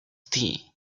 tea